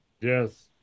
Yes